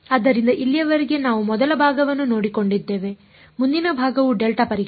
ಆದ್ದರಿಂದ ಇಲ್ಲಿಯವರೆಗೆ ನಾವು ಮೊದಲ ಭಾಗವನ್ನು ನೋಡಿಕೊಂಡಿದ್ದೇವೆ ಮುಂದಿನ ಭಾಗವು ಡೆಲ್ಟಾ ಪರೀಕ್ಷೆ